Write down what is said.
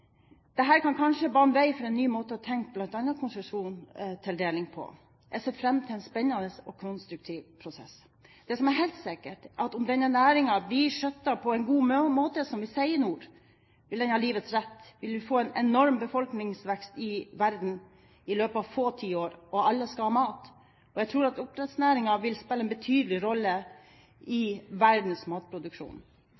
kan kanskje bane vei for en ny måte å tenke bl.a. konsesjonstildeling på. Jeg ser fram til en spennende og konstruktiv prosess. Det som er helt sikkert, er at om denne næringen blir skjøttet på en god måte, som vi sier i nord, vil den ha livets rett. Vi vil få en enorm befolkningsvekst i verden i løpet av få tiår, og alle skal ha mat. Jeg tror at oppdrettsnæringen vil spille en betydelig rolle i